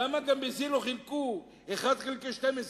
למה גם את זה לא חילקו 1 חלקי 12?